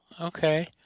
Okay